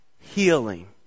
healing